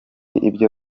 ibyo